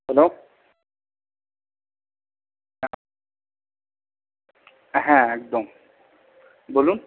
hello হ্যাঁ হ্যাঁ একদম বলুন